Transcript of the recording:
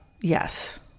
Yes